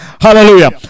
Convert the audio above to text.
hallelujah